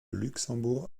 luxembourg